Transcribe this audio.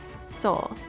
soul